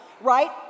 right